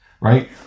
right